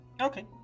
Okay